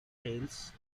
tales